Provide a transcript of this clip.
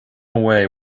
away